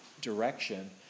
direction